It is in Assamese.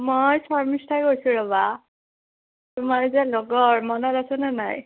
মই শৰ্মিষ্ঠাই কৈছোঁ ৰ'বা তোমাৰ এ যে লগৰ মনত আছেনে নাই